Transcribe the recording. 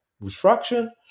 refraction